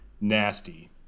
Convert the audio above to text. Nasty